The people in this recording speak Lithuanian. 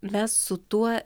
mes su tuo